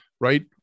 right